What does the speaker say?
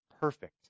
Perfect